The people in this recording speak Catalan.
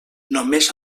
només